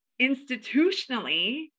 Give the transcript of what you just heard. institutionally